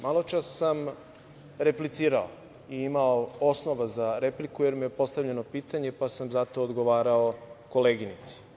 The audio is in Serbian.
Maločas sam replicirao i imao osnov za repliku, jer mi je postavljeno pitanje pa sam zato odgovarao koleginici.